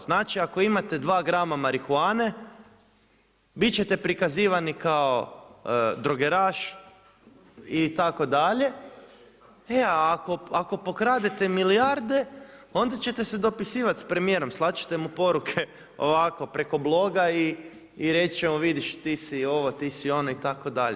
Znači ako imate dva grama marihuane biti ćete prikazivani kao drogeraš itd., e a ako pokradete milijarde onda ćete se dopisivati sa premijerom, slati ćete mu poruke ovako preko bloga i reći će, evo vidiš ti si ovo, ti si ono itd.